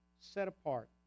set-apart